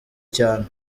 cyane